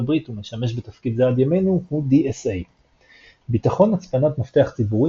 הברית ומשמש בתפקיד זה עד ימינו הוא DSA. ביטחון הצפנת מפתח ציבורי